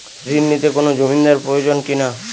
ঋণ নিতে কোনো জমিন্দার প্রয়োজন কি না?